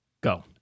go